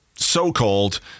so-called